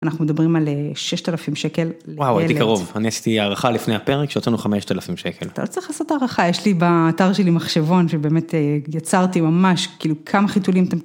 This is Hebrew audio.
אנחנו מדברים על 6,000 שקל. וואו, הייתי קרוב, אני עשיתי הערכה לפני הפרק שיוצא לנו 5,000 שקל. אתה לא צריך לעשות הערכה, יש לי באתר שלי מחשבון, שבאמת יצרתי ממש כאילו כמה חיתולים אתם...